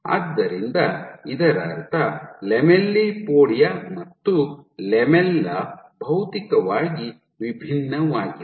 ಆದ್ದರಿಂದ ಇದರರ್ಥ ಲ್ಯಾಮೆಲ್ಲಿಪೋಡಿಯಾ ಮತ್ತು ಲ್ಯಾಮೆಲ್ಲಾ ಭೌತಿಕವಾಗಿ ವಿಭಿನ್ನವಾಗಿವೆ